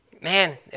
Man